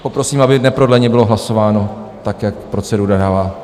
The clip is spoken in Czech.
Poprosím, aby neprodleně bylo hlasováno, jak procedura dává.